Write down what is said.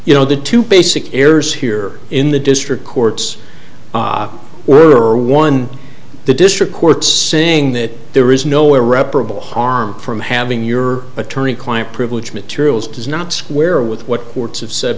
you know the two basic errors here in the district courts were one the district court saying that there is no irreparable harm from having your attorney client privilege materials does not square with what courts have said